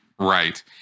Right